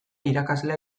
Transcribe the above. irakaslea